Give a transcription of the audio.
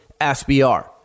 SBR